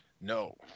no